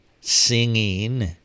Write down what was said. singing